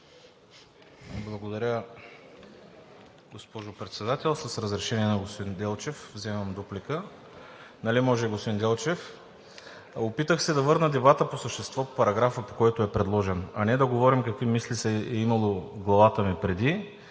Благодаря, госпожо Председател. С разрешение на господин Делчев вземам дуплика. Нали може, господин Делчев? Опитах се да върна дебата по същество в параграфа, по който е предложен, а не да говорим какви мисли е имало в главата ми преди,